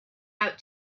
out